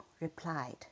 replied